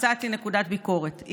מצאתי נקודת ביקורת,